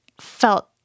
felt